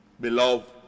beloved